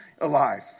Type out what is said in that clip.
alive